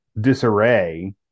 disarray